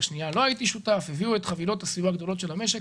בשנייה לא הייתי שותף הביאו את חבילות הסיוע הגדולות של המשק,